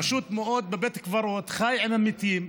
פשוט בבית קברות, חי עם המתים,